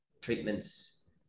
treatments